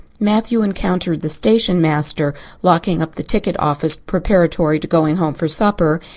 matthew encountered the stationmaster locking up the ticket office preparatory to going home for supper,